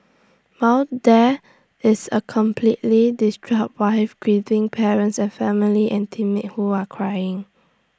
while there is A completely distraught wife grieving parents and family and teammates who are crying